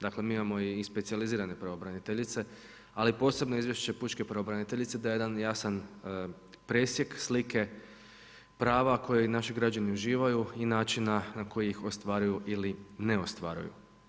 Dakle mi imamo i specijalizirane pravobraniteljice, ali posebno izvješće pučke pravobraniteljice daje jedan jasan presjek slike prava koji naši građani uživaju i načina na koji ih ostvaruju ili ne ostvaruju.